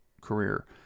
career